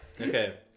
Okay